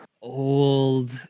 old